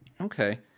Okay